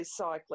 recycling